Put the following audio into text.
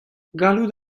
gallout